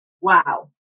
Wow